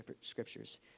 scriptures